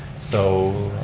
so,